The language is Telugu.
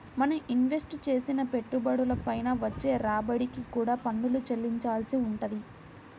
మనం ఇన్వెస్ట్ చేసిన పెట్టుబడుల పైన వచ్చే రాబడికి కూడా పన్నులు చెల్లించాల్సి వుంటది